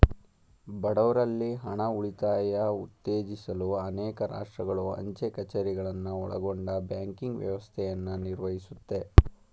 ಬಡವ್ರಲ್ಲಿ ಹಣ ಉಳಿತಾಯ ಉತ್ತೇಜಿಸಲು ಅನೇಕ ರಾಷ್ಟ್ರಗಳು ಅಂಚೆ ಕಛೇರಿಗಳನ್ನ ಒಳಗೊಂಡ ಬ್ಯಾಂಕಿಂಗ್ ವ್ಯವಸ್ಥೆಯನ್ನ ನಿರ್ವಹಿಸುತ್ತೆ